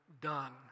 done